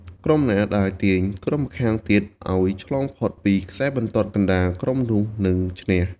ក្រុមណាដែលទាញក្រុមម្ខាងទៀតឲ្យឆ្លងផុតពីខ្សែបន្ទាត់កណ្ដាល ក្រុមនោះនឹងឈ្នះ។